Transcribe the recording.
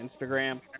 Instagram